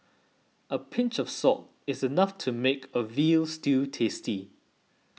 a pinch of salt is enough to make a Veal Stew tasty